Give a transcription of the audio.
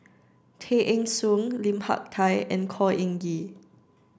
Tay Eng Soon Lim Hak Tai and Khor Ean Ghee